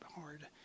hard